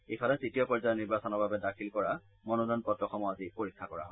ইফালে তৃতীয় পৰ্যায়ৰ নিৰ্বাচনৰ বাবে দাখিল কৰা মনোনয়ন পত্ৰসমূহ আজি পৰীক্ষা কৰা হয়